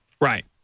Right